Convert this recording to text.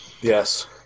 Yes